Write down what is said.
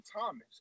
Thomas